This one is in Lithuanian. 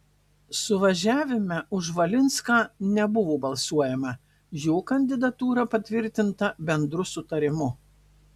suvažiavime už valinską nebuvo balsuojama jo kandidatūra patvirtinta bendru sutarimu